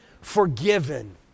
forgiven